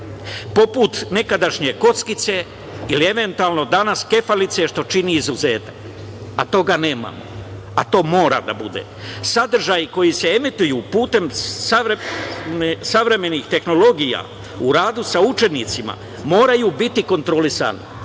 poput nekadašnje „Kockice“ ili eventualno danas „Kefalice“ što čini izuzetak, a toga nemamo, a to mora da bude. Sadržaji koji se emituju putem savremenih tehnologija u radu sa učenicima moraju biti kontrolisani,